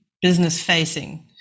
Business-facing